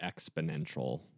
exponential